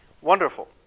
Wonderful